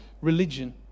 religion